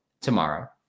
tomorrow